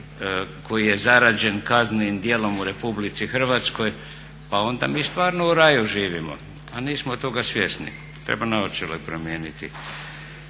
koji je zarađen kaznenim djelom u Republici Hrvatskoj pa onda mi stvarno u raju živimo a nismo toga svjesni, treba naočale promijeniti.